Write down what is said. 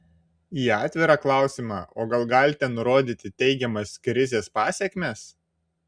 į atvirą klausimą o gal galite nurodyti teigiamas krizės pasekmes